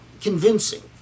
convincing